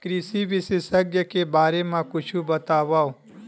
कृषि विशेषज्ञ के बारे मा कुछु बतावव?